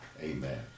Amen